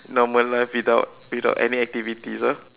normal life without without any activities ah